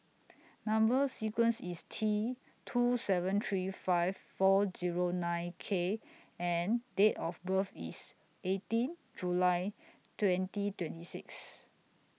Number sequence IS T two seven three five four Zero nine K and Date of birth IS eighteen July twenty twenty six